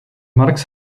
marcs